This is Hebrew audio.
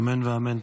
אמן ואמן.